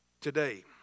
Today